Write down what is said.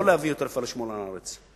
לא להביא יותר פלאשמורה לארץ.